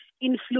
influence